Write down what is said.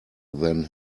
than